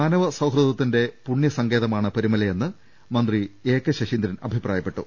മാനവ സൌഹൃദത്തിന്റെ സന്ദേശം പുണ്യ സങ്കേതമാണ് പരുമലയെന്ന് മന്ത്രി എ കെ ശശീന്ദ്രൻ അഭിപ്രായപ്പെട്ടു